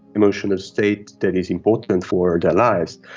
emotional state that is important for their lives,